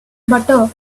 butter